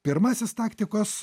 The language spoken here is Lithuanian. pirmasis taktikos